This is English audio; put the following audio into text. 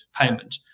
payment